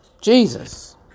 Jesus